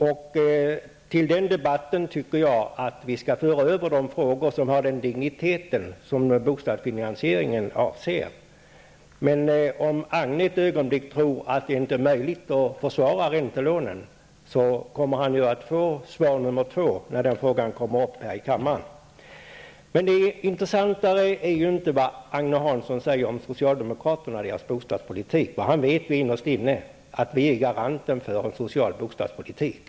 Jag tycker att vi till den debatten skall föra frågor som har den digniteten och avser bostadsfinansieringen. Men om Agne Hansson ett ögonblick tror att det inte är möjligt att försvara räntelånen, kommer han att få ett andra svar när den frågan kommer upp här i kammaren. Det intressanta är inte vad Agne Hansson säger om socialdemokraterna och vår bostadspolitik. Han vet innerst inne att vi är garanten för en social bostadspolitik.